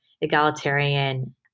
egalitarian